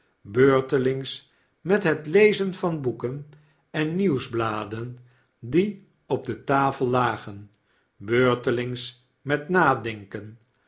beurtelings met het lezen van boeken en nieuwsbladen die op de tafel lagen beurtelings met nadenken